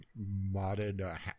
modded